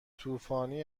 طوفانی